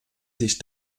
sich